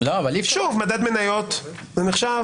מדד מניות זה נחשב?